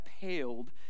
paled